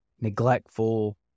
neglectful